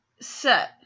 set